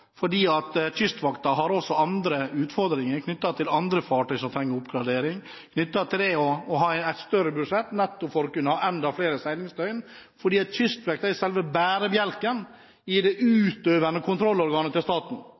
fordi man ønsker å oppebære den økningen av bevilgningen som var for inneværende år. Kystvakten har også andre utfordringer, knyttet til andre fartøy som trenger oppgradering, og det å ha et større budsjett for å kunne ha enda flere seilingsdøgn. For Kystvakten er selve bærebjelken i det utøvende kontrollorganet til staten.